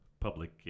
Public